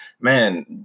man